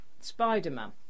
Spider-Man